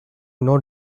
not